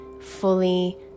fully